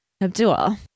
Abdul